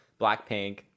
Blackpink